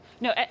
No